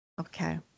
Okay